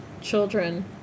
children